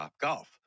Golf